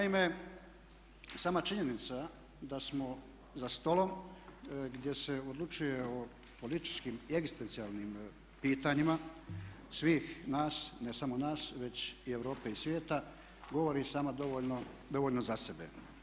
Naime, sama činjenica da smo za stolom gdje se odlučuje o političkih i egzistencijalnim pitanjima svih nas, ne samo nas već i Europe i svijeta govori sama dovoljno za sebe.